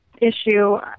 issue